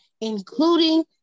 including